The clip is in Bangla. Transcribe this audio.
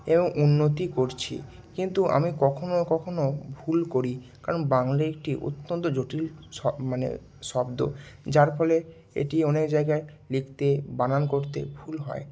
এবং উন্নতি করছি কিন্তু আমি কখনও কখনও ভুল করি কারণ বাংলা একটি অত্যন্ত জটিল শ মানে শব্দ যার ফলে এটি অনেক জায়গায় লিখতে বানান করতে ভুল হয়